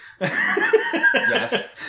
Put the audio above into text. yes